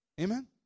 Amen